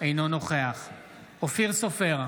אינו נוכח אופיר סופר,